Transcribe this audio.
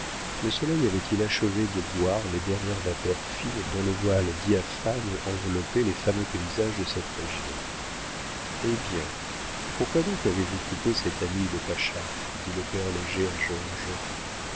le soleil avait-il achevé de boire les dernières vapeurs fines dont le voile diaphane enveloppait les fameux paysages de cette région eh bien pourquoi donc avez-vous quitté votre ami le pacha dit le père léger à georges